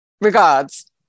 Regards